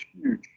huge